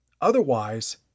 Otherwise